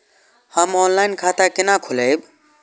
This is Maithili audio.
हम ऑनलाइन खाता केना खोलैब?